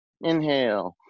inhale